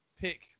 pick